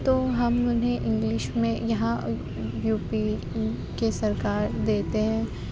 تو ہم انہیں انگلش میں یہاں یو پی کی سرکار دیتے ہیں